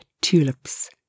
tulips